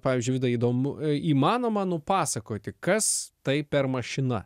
pavyzdžiui vida įdomu ė įmanoma nupasakoti kas tai per mašina